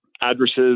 Addresses